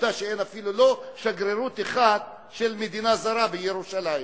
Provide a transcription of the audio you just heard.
עובדה שאין אפילו שגרירות אחת של מדינה זרה בירושלים.